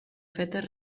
fetes